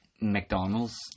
McDonald's